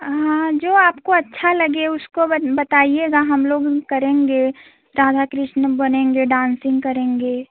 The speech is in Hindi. हाँ जो आपको अच्छा लगे उसको बताइएगा हम लोग करेंगे राधा कृष्ण बनेंगे डांसिंग करेंगे